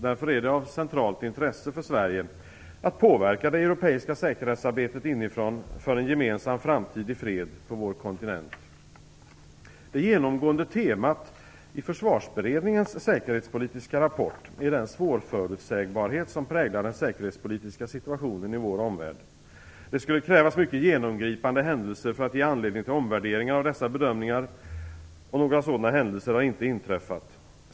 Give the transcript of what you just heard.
Därför är det av centralt intresse för Sverige att påverka det europeiska säkerhetsarbetet inifrån för en gemensam framtid i fred på vår kontinent. Det genomgående temat i Försvarsberedningens säkerhetspolitiska rapport är den svårförutsägbarhet som präglar den säkerhetspolitiska situationen i vår omvärld. Det skulle krävas mycket genomgripande händelser för att ge anledning till omvärderingar av dessa bedömningar, och några sådana händelser har inte inträffat.